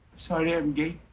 sorry, i'm gay.